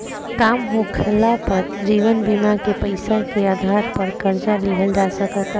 काम होखाला पर जीवन बीमा के पैसा के आधार पर कर्जा लिहल जा सकता